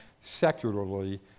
secularly